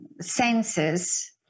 senses